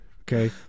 Okay